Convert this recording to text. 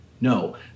No